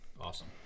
Awesome